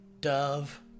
Dove